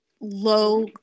low